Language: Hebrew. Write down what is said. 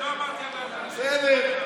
לא אמרתי, בסדר.